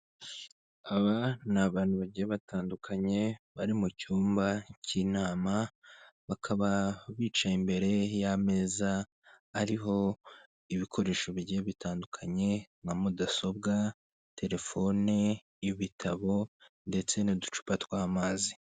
Umugore wicaye mu biro , umugore akaba yambaye amataratara, akaba yambaye ikote ry'umukara mu imbere yambariyemo umwambaro w'umweru, imbere yu mugore hakaba hari ameza ateretseho amazi ari mwicupa riri mubwoko bw'inyange.